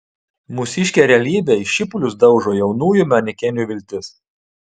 mūsiškė realybė į šipulius daužo jaunųjų manekenių viltis